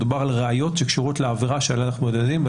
מדובר על ראיות שקשורות לעבירה שעליה אנחנו דנים.